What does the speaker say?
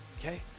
okay